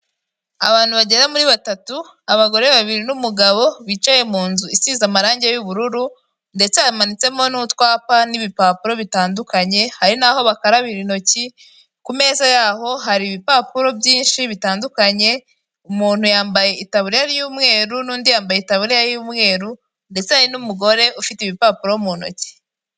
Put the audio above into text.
Abantu bagera muri batatu abagore babiri n'umugabo bicaye mu nzu isize amarangi y'ubururu, ndetse bamanitsemo n'utwapa n'ibipapuro bitandukanye, hari n'aho bakarabira intoki, ku meza yaho hari ibipapuro byinshi bitandukanye, umuntu yambaye itaburiya y'umweru n'undi yambaye ikaburiya y'umweru, ndetse hari n'umugore ufite ibipapuro mu ntoki.